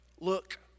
Look